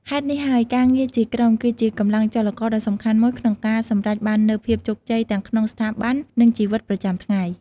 ហេតុនេះហើយការងារជាក្រុម គឺជាកម្លាំងចលករដ៏សំខាន់មួយក្នុងការសម្រេចបាននូវភាពជោគជ័យទាំងក្នុងស្ថាប័ន និងជីវិតប្រចាំថ្ងៃ។